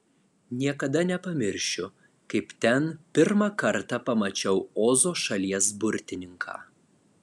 niekada nepamiršiu kaip ten pirmą kartą pamačiau ozo šalies burtininką